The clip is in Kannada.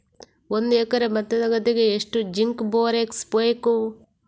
ಒಂದು ಎಕರೆ ಭತ್ತದ ಗದ್ದೆಗೆ ಎಷ್ಟು ಜಿಂಕ್ ಬೋರೆಕ್ಸ್ ಬೇಕು?